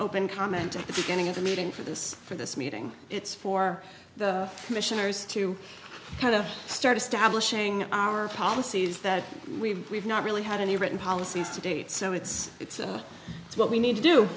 open comment at the beginning of the meeting for this for this meeting it's for the commissioners to kind of started stablish ing our policies that we've we've not really had any written policies to date so it's it's it's what we need to do